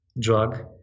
drug